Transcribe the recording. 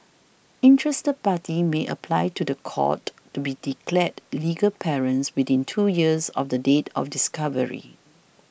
interested parties may apply to the court to be declared legal parents within two years of the date of discovery